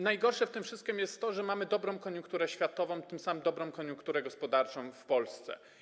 Najgorsze w tym wszystkim jest to, że mamy dobrą koniunkturę światową, tym samym dobrą koniunkturę gospodarczą w Polsce.